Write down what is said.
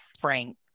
Frank